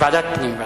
ועדת הפנים.